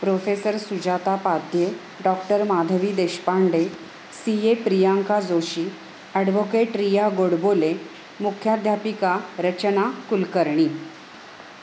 professor Sujata Padhye doctor Madhavi Deshpande C A Priyanka Joshi advocate Riya Godbole मुख्याध्यापिका रचना कुलकर्णी